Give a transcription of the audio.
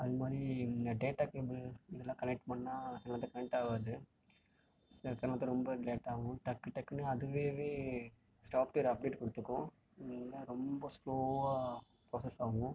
அது மாதிரி இந்த டேட்டா கேபிள் இதலாம் கனெக்ட் பண்ணால் சில நேரத்தில் கனெக்ட் ஆகாது சில நேரத்தில் ரொம்ப லேட்டாகும் டக்கு டக்குன்னு அதுவாகவே சாஃப்ட்டுவேர் அப்டேட் கொடுத்துக்கும் இல்லைனா ரொம்ப ஸ்லோவாக ப்ராசெஸ் ஆகும்